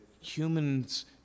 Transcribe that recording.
humans